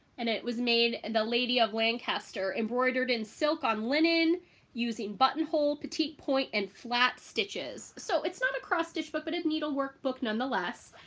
and it was made the lady of lancaster embroidered in silk on linen using buttonhole, petit point, and flat stitches. so it's not a cross stitch book but it needlework book nonetheless.